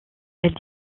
elle